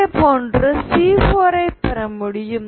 இதே போன்று C4 ஐ பெற முடியும்